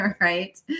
right